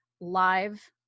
live